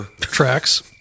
tracks